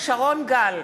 שרון גל,